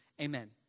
amen